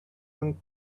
than